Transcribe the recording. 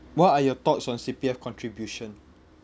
what are your thoughts on C_P_F contribution